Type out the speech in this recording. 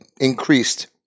increased